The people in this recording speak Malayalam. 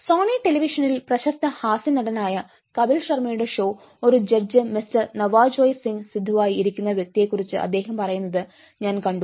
സോണി ടെലിവിഷനിൽ പ്രശസ്ത ഹാസ്യനടനായ കപിൽ ശർമയുടെ ഷോ ഒരു ജഡ്ജ് മിസ്റ്റർ നവാജോയ്ത് സിംഗ് സിദ്ദു ആയി ഇരിക്കുന്ന വ്യക്തിയെക്കുറിച്ച് അദ്ദേഹം പറയുന്നത് ഞാൻ കണ്ടു